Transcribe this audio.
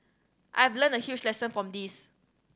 I have learnt a huge lesson from this